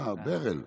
אה, ברל.